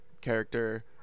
character